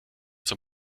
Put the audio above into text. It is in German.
zum